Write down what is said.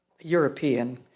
European